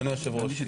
אדוני היושב ראש,